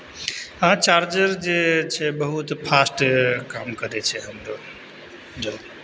हँ चार्जर जे छै बहुत फास्ट काम करय छै हमरो